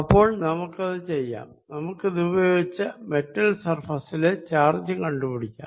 അപ്പോൾ നമുക്കത് ചെയ്യാം നമുക്കിതുപയോഗിച്ച് മെറ്റൽ സർഫേസിലെ ചാർജ് കണ്ടുപിടിക്കാം